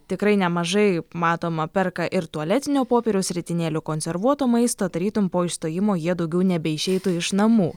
tikrai nemažai matoma perka ir tualetinio popieriaus ritinėlių konservuoto maisto tarytum po išstojimo jie daugiau nebeišeitų iš namų